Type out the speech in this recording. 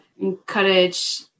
encourage